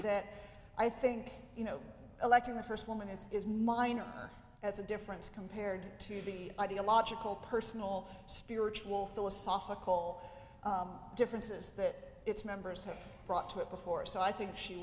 that i think you know electing the first woman is as minor as a difference compared to the ideological personal spiritual philosophical differences that its members have brought to it before so i think she